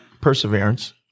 Perseverance